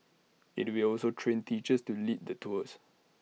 IT will also train teachers to lead the tours